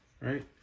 right